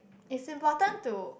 is important to